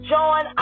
Join